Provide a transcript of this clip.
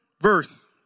verse